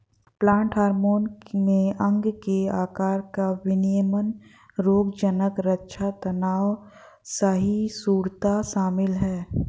plant hormone में अंग के आकार का विनियमन रोगज़नक़ रक्षा तनाव सहिष्णुता शामिल है